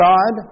God